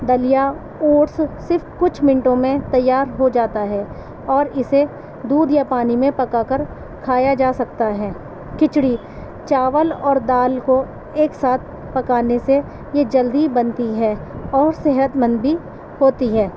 دلیا oats صرف کچھ منٹوں میں تیار ہوجاتا ہے اور اسے دودھ یا پانی میں پکا کر کھایا جا سکتا ہے کھچڑی چاول اور دال کو ایک ساتھ پکانے سے یہ جلدی بنتی ہے اور صحت مند بھی ہوتی ہے